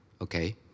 okay